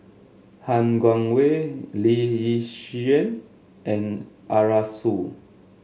Han Guangwei Lee Yi Shyan and Arasu